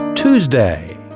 Tuesday